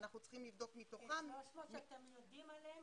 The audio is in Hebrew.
אנחנו צריכים לבדוק מתוכם --- כ-300 שאתם יודעים עליהם?